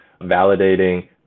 Validating